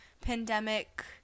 pandemic